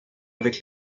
avec